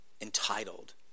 Entitled